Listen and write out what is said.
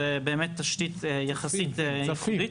זה באמת תשתית יחסית ייחודית.